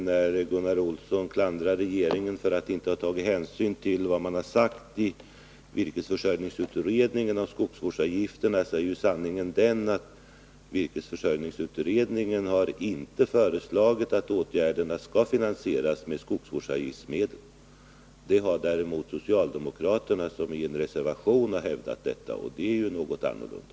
När Gunnar Olsson klandrar regeringen för att inte ha tagit hänsyn till vad som har sagts i virkesförsörjningsutredningen om skogsvårdsavgifterna skulle jag vilja säga att sanningen är den att virkesförsörjningsutredningen inte har föreslagit att åtgärderna skall finansieras med skogsvårdsavgiftsmedel. Det har däremot socialdemokraterna, som i en reservation har hävdat detta, och det är något annat.